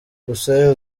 gusa